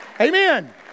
Amen